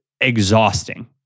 exhausting